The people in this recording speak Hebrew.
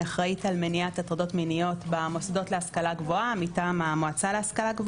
אחראית למניעת הטרדות מיניות במוסדות להשכלה גבוהה מטעם המל"ג.